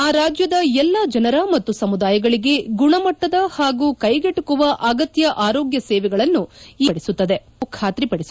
ಆ ರಾಜ್ಯದ ಎಲ್ಲಾ ಜನರ ಮತ್ತು ಸಮುದಾಯಗಳಿಗೆ ಗುಣಮಟ್ಟದ ಪಾಗೂ ಕೈಗೆಟಕುವ ಅಗತ್ತ ಆರೋಗ್ಯ ಸೇವೆಗಳನ್ನು ಈ ಯೋಜನೆಯು ಖಾತ್ರಿಪಡಿಸುತ್ತದೆ